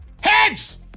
Heads